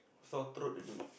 sore throat already